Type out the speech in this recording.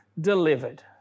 delivered